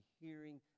hearing